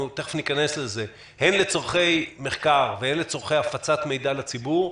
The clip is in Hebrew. ניכנס לזה הן לצורכי מחקר והן לצורכי הפקת מידע לציבור,